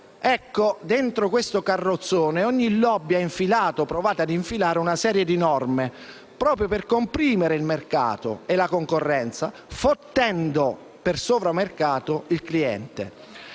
«Ecco, dentro questo carrozzone ogni *lobby* ha infilato o provato ad infilare una serie di norme proprio per comprimere il mercato e la concorrenza fottendo, per sovramercato, il cliente.